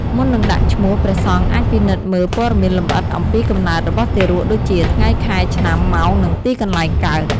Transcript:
មុននឹងដាក់ឈ្មោះ ព្រះសង្ឃអាចពិនិត្យមើលព័ត៌មានលម្អិតអំពីកំណើតរបស់ទារក ដូចជា ថ្ងៃ ខែ ឆ្នាំ ម៉ោង និងទីកន្លែងកើត។